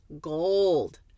gold